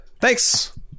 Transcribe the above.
thanks